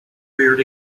reared